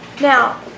Now